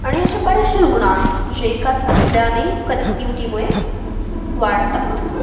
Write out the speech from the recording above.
आणि अशा बरेचसे रुग्ण आहेत जे एकात असल्याने कनेक्टिविटीमुळे वाढतात